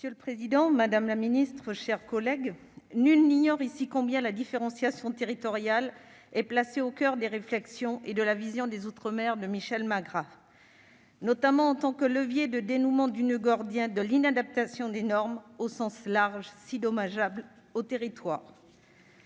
Monsieur le président, madame la ministre, mes chers collègues, nul n'ignore ici combien la différenciation territoriale est placée au coeur des réflexions et de la vision des outre-mer de Michel Magras, notamment en tant que levier du dénouement du noeud gordien de l'inadaptation des normes- au sens large -si dommageable aux territoires.